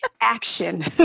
action